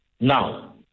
Now